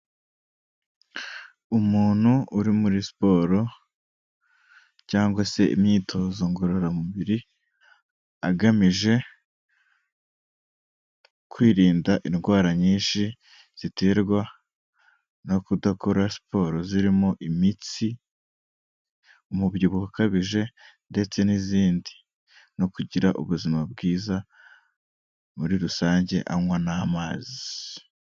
Umuntu uri muri siporo cyangwa se imyitozo ngororamubiri agamije kwirinda indwara nyinshi ziterwa no kudakora siporo zirimo imitsi, umubyibuho ukabije ndetse n'izindi no kugira ubuzima bwiza muri rusange anywa n'amazi.